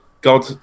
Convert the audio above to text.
God